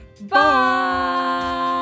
Bye